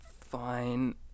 Fine